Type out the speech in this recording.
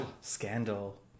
Scandal